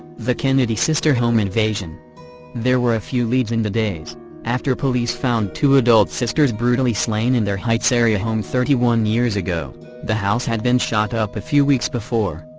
the kennedy sister home invasion there were a few leads in the days after police found two adult sisters brutally slain in their heights-area home thirty one years ago the house had been shot up a few weeks before,